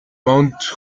mount